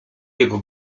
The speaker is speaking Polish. jego